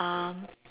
um